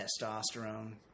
testosterone